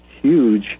huge